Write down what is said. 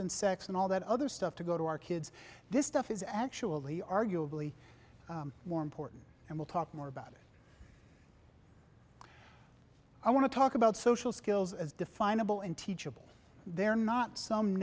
sex and all that other stuff to go to our kids this stuff is actually arguably more important and we'll talk more about it i want to talk about social skills as definable and teachable they're not some